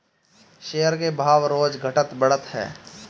share के भाव रोज घटत बढ़त हअ